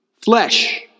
flesh